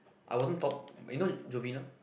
I wasn't top you know Jovena